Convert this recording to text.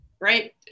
right